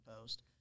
post